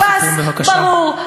אלה הם גיבוריה?